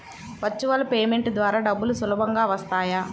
Virtual payment ద్వారా డబ్బులు సులభంగా వస్తాయా?